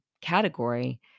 category